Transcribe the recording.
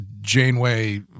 Janeway